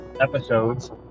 episodes